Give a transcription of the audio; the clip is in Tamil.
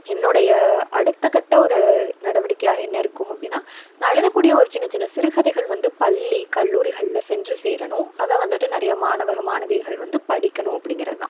என்னோடைய அடுத்த கட்ட ஒரு நடவடிக்கையாக என்ன இருக்கும் அப்படின்னா நான் எழுதக்கூடிய ஒரு சின்ன சின்ன சிறுகதைகள் வந்து பள்ளி கல்லூரிகளில் சென்று சேரணும் அதை வந்துட்டு நிறையா மாணவர்கள் மாணவிகள் வந்து படிக்கணும் அப்படிங்கறது தான்